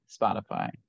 Spotify